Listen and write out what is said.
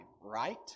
right